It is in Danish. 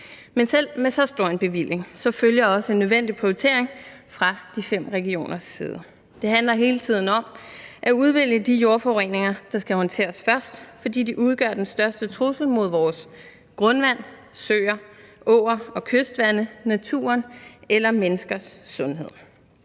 Men selv med så stor en bevilling følger også en nødvendig prioritering fra de fem regioners side. Det handler hele tiden om at udvælge de jordforureninger, der skal håndteres først, fordi de udgør den største trussel mod vores grundvand, søer, åer og kystvande, naturen eller menneskers sundhed.